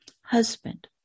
husband